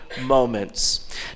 moments